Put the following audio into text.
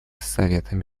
советом